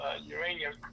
uranium